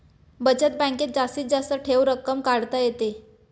बचत बँकेत जास्तीत जास्त ठेव रक्कम काढता येते